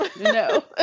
No